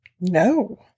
No